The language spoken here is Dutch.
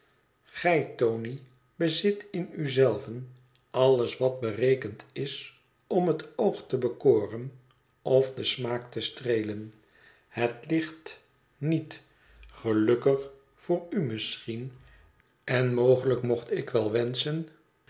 gij tony bezit in u zelven alles wat berekend is om het oog te bekoren of den smaak te streelen het ligt niet gelukkig voor u misschien en mogelijk mocht ik wel wenschen